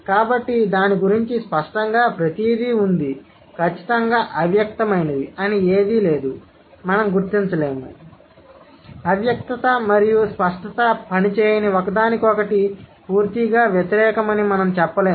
కాబట్టి దాని గురించి స్పష్టంగా ప్రతిదీ ఉంది ఖచ్చితంగా అవ్యక్తమైనది అని ఏదీ లేదు మనం గుర్తించలేము అవ్యక్తత మరియు స్పష్టత పని చేయని ఒకదానికొకటి పూర్తిగా వ్యతిరేకమని మనం చెప్పలేము